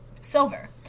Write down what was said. silver